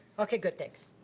okay, good, thanks.